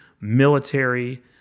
military